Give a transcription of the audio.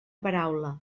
paraula